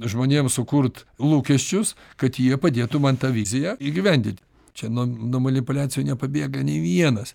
žmonėms sukurt lūkesčius kad jie padėtų man tą viziją įgyvendint čia nuo nuo manipuliacijų nepabėga nei vienas